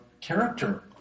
character